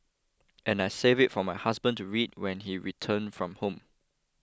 and I saved it for my husband to read when he returned from home